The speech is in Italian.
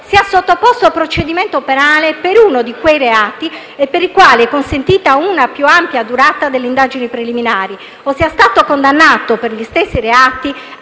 sia sottoposto a procedimento penale per uno di quei reati per i quali è consentita una più ampia durata delle indagini preliminari o sia stato condannato per gli stessi reati